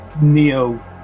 Neo